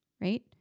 right